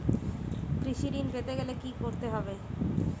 কৃষি ঋণ পেতে গেলে কি করতে হবে?